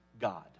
God